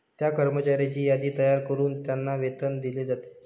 त्या कर्मचाऱ्यांची यादी तयार करून त्यांना वेतन दिले जाते